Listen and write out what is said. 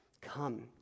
Come